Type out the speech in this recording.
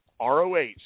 ROH